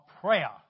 prayer